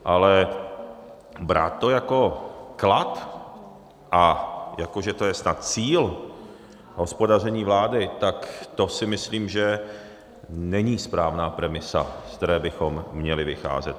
Ale brát to jako klad a jako že to je snad cíl hospodaření vlády, tak to si myslím, že není správná premisa, ze které bychom měli vycházet.